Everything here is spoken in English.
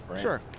Sure